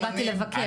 אני באתי לבקר.